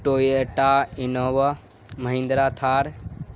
Toyota Innova Mahindra Thar